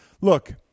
Look